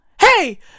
Hey